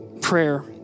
prayer